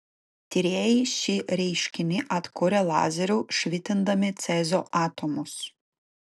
tyrėjai šį reiškinį atkūrė lazeriu švitindami cezio atomus